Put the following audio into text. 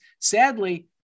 Sadly